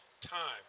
time